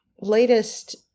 latest